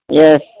yes